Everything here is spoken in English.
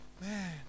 Man